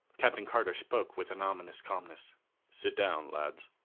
captain carter spoke with an ominous calmness sit down, lads.